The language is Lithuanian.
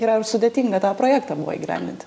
ir ar sudėtinga tą projektą buvo įgyvendint